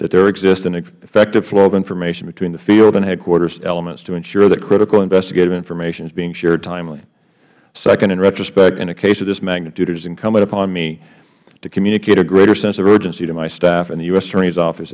that there exists an effective flow of information between the field and headquarters elements to ensure that critical investigative information is being shared timely second in retrospect in a case of this magnitude it is incumbent upon me to communicate a greater sense of urgency to my staff and the u